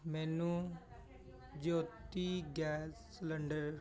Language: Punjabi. ਮੈਨੂੰ ਜਯੋਤੀ ਗੈਸ ਸਿਲੰਡਰ